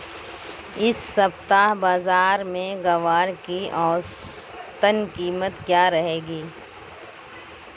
इस सप्ताह बाज़ार में ग्वार की औसतन कीमत क्या रहेगी?